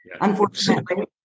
Unfortunately